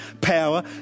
power